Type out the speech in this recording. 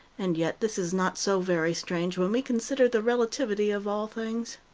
and yet this is not so very strange when we consider the relativity of all things.